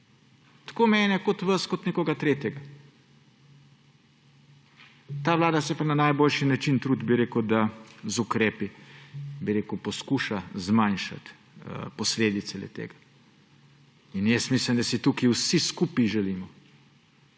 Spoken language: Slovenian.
tako mene, kot vas, kot nekoga tretjega. Ta vlada se pa na najboljši način trudi, bi rekel, da z ukrepi poskuša zmanjšati posledice le-tega. In mislim, da si tukaj vsi skupaj želimo,